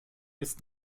jest